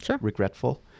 regretful